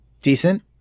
decent